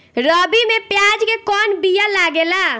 रबी में प्याज के कौन बीया लागेला?